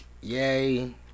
Yay